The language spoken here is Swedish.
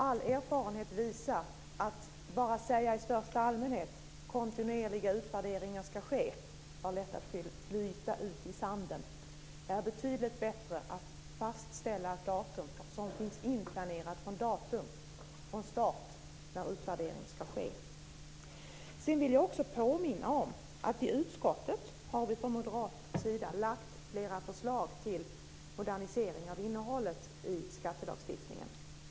All erfarenhet visar att om man bara säger i största allmänhet att kontinuerliga utvärderingar ska ske så har de lätt att flyta ut i sanden. Det är betydligt bättre att fastställa datum som finns inplanerade från start för när utvärdering ska ske. Sedan vill jag också påminna om att i utskottet har vi från moderat sida lagt fram flera förslag till modernisering av innehållet i skattelagstiftningen.